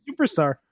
superstar